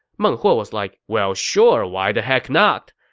meng huo was like, well sure, why the heck not?